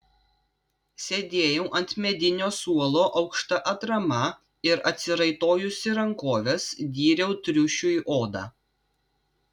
sėdėjau ant medinio suolo aukšta atrama ir atsiraitojusi rankoves dyriau triušiui odą